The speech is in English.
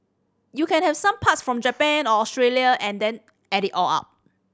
you can have some parts from Japan or Australia and then add it all up